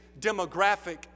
demographic